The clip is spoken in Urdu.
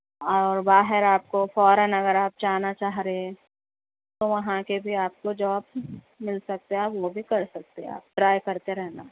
اور باہر آپ کو فارن اگر آپ جانا چاہ رہے ہیں تو وہاں کے بھی آپ کو جابس مل سکتے ہے وہ بھی کر سکتے آپ ٹرائی کرتے رہنا